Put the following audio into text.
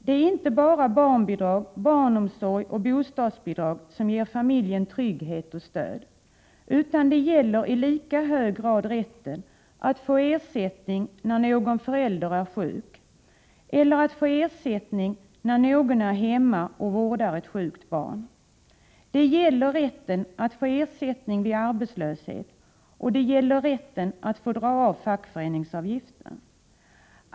Det är inte bara barnbidrag, barnomsorg och bostadsbidrag som ger familjen trygghet och stöd, utan det gäller i lika hög grad rätten att få ersättning när någon förälder är sjuk eller att få ersättning när någon är hemma och vårdar sjukt barn. Det gäller också rätten att få ersättning vid arbetslöshet, och det gäller rätten att få dra av fackföreningsavgiften.